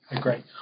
Great